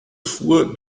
fuhr